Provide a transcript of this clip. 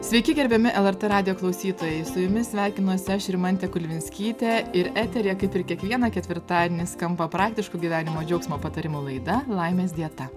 sveiki gerbiami lrt radijo klausytojai su jumis sveikinuosi aš rimantė kulvinskytė ir eteryje kaip ir kiekvieną ketvirtadienį skamba praktiško gyvenimo džiaugsmo patarimų laida laimės dieta